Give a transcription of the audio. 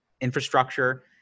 infrastructure